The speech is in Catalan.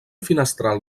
finestral